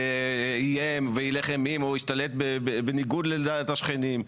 או איים והילך אימים או השתלט בניגוד לדעת השכנים,